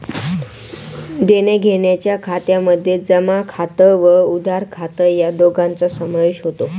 देण्याघेण्याच्या खात्यामध्ये जमा खात व उधार खात या दोघांचा समावेश होतो